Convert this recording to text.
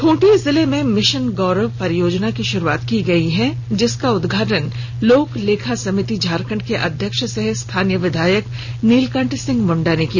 खूंटी जिले में मिशन गौरव परियोजना की शुरुवात की गई जिसका उदघाटन लोक लेखा समिति झारखंड के अध्यक्ष सह स्थानीय विधायक नीलकंठ सिंह मुंडा ने किया